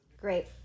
Great